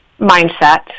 mindset